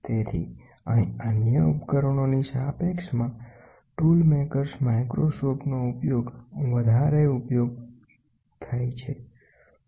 તેથી અહીં અન્ય ઉપકરણો ની સાપેક્ષમાં ટૂલ મેકર્સ માઈક્રોસ્કોપનો વધારે ઉપયોગ કરીએ છીએ